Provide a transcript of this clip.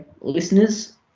listeners